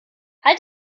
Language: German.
halt